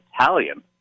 Italian